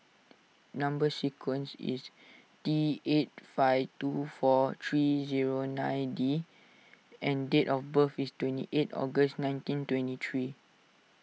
Number Sequence is T eight five two four three zero nine D and date of birth is twenty eight August nineteen twenty three